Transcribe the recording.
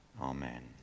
Amen